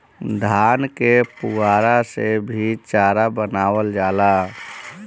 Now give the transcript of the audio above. धान के पुअरा से भी चारा बनावल जाला